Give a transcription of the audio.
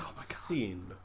scene